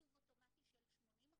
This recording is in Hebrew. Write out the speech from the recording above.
תקצוב אוטומטי של 80%,